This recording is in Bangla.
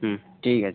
হুম ঠিক আছে